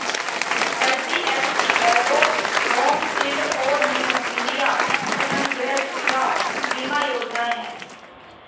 HDFC ergo home shield और new India insurance गृह सुविधा बीमा योजनाएं हैं